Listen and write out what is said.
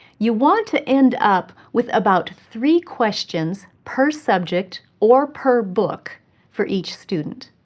you want to end up with about three questions per subject or per book for each student.